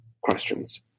questions